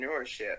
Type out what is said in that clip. entrepreneurship